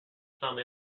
some